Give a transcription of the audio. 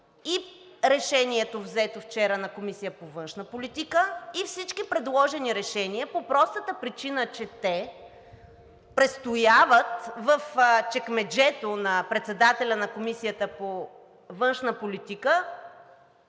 и решението взето вчера на Комисията по външна политика, и всички предложени решения по-простата причина, че те престояват в чекмеджето на председателя на Комисията по външна политика